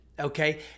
Okay